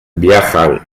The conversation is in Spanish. viajan